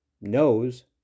knows